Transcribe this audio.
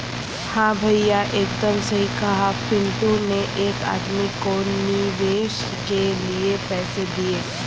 हां भैया एकदम सही कहा पिंटू ने एक आदमी को निवेश के लिए पैसे दिए